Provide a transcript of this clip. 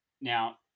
Now